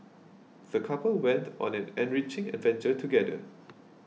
the couple went on an enriching adventure together